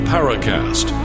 Paracast